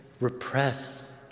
repress